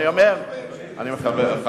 אני מכבד.